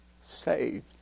saved